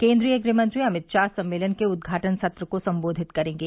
केन्द्रीय गृह मंत्री अमित शाह सम्मेलन के उदघाटन सत्र को सम्बोधित करेंगे